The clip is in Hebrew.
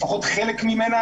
לפחות חלק ממנה,